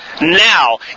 now